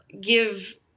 give